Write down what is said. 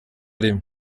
rimwe